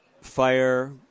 fire